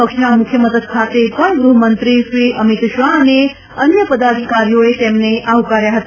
પક્ષના મુખ્યમથક ખાતે પણ ગૃહમંત્રીક્રી અમીત શાહ અને અન્ય પદાધિકારીઓએ તેમને આવકાર્યા હતા